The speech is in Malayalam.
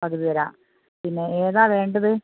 പകുതി തരാം പിന്നെ ഏതാണ് വേണ്ടത്